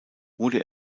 wurde